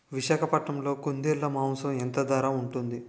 విశాఖపట్నంలో కుందేలు మాంసం ఎంత ధర ఉంటుంది?